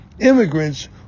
immigrants